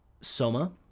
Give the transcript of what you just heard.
Soma